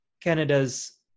Canada's